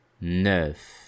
Neuf